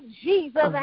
Jesus